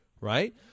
right